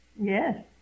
Yes